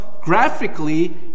graphically